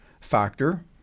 factor